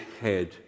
head